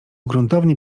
gruntownie